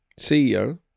CEO